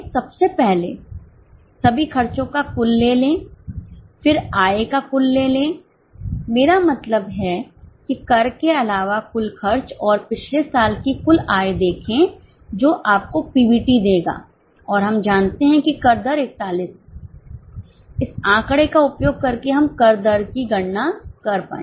सबसे पहले सभी खर्चों का कुल लें लें फिर आय का कुल लें लें मेरा मतलब है कि कर के अलावा कुल खर्च और पिछले साल की कुल आय देखें जो आपको पीबीटी देगा और हम जानते हैं कि कर दर 41 है इस आंकड़े का उपयोग करके हम कर दरकी गणना कर पाएंगे